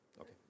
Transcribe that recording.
Okay